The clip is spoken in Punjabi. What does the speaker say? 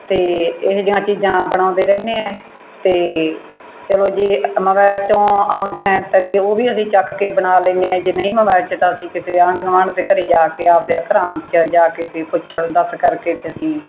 ਅਤੇ ਇਹ ਜਿਹੀਆਂ ਚੀਜ਼ਾਂ ਬਣਾਉਂਦੇ ਰਹਿੰਦੇ ਹੈ ਅਤੇ ਚੱਲੋ ਜੇ ਅ ਮੌਬਾਇਲ ਚੋਂ ਆਉਂਦੀਆ ਤਾਂ ਵੀ ਉਹ ਵੀ ਅਸੀਂ ਚੁੱਕ ਕੇ ਬਣਾ ਲੈਂਦੇ ਹਾਂ ਜੇ ਨਹੀਂ ਮੋਬਾਇਲ 'ਚ ਤਾਂ ਅਸੀਂ ਕਿਸੇ ਆਂਢ ਗੁਆਂਢ ਦੇ ਘਰ ਜਾ ਕੇ ਆਪਣਿਆਂ ਘਰਾਂ 'ਚ ਜਾ ਕੇ ਅਤੇ ਦੱਸ ਕਰਕੇ ਅਤੇ ਅਸੀਂ